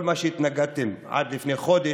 כל מה שהתנגדתם לו עד לפני חודש,